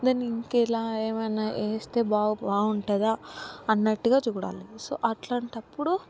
దాన్నింకెలా ఏమయినావేస్తే బావు బాగుంటుందా అన్నట్టుగా చూడాలి సో అట్లాంటప్పుడు